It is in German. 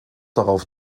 darauf